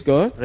God